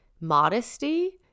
modesty